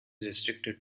restricted